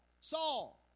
Saul